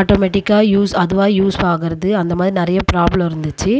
ஆட்டோமெட்டிக்காக யூஸ் அதுவாக யூஸ் ஆகிறது அந்த மாதிரி நிறையா ப்ராப்ளம் இருந்துச்சு